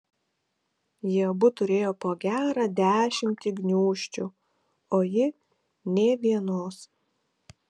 jie abu turėjo po gerą dešimtį gniūžčių o ji nė vienos